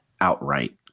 outright